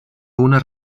una